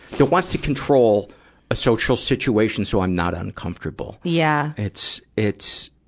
that wants to control a social situation so i'm not uncomfortable. yeah it's, it's,